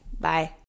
Bye